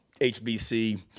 HBC